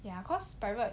ya cause private